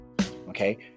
okay